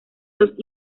los